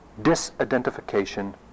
disidentification